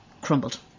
crumbled